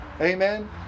Amen